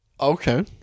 Okay